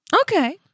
Okay